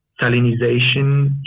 salinization